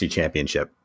Championship